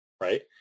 right